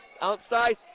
Outside